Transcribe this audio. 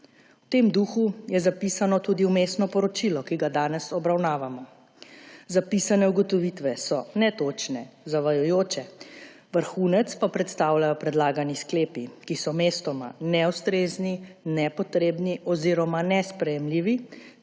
V tem duhu je zapisano tudi vmesno poročilo, ki ga danes obravnavamo. Zapisane ugotovitve so netočne, zavajajoče, vrhunec pa predstavljajo predlagani sklepi, ki so mestoma neustrezni, nepotrebni oziroma nesprejemljivi